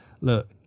look